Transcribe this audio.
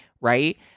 right